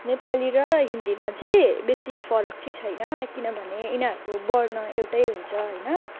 नेपाली र हिन्दीमा चाहिँ बेसी फरक चाहिँ छैन किनभने यिनीहरूको वर्ण एउटै हुन्छ होइन